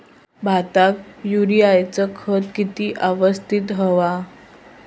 भाताक युरियाचा खत किती यवस्तित हव्या?